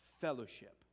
fellowship